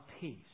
peace